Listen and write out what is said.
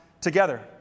together